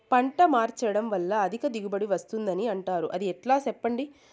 పంట మార్చడం వల్ల అధిక దిగుబడి వస్తుందని అంటారు అది ఎట్లా సెప్పండి